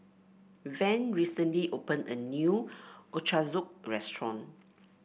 Van recently open a new Ochazuke restaurant